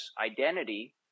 identity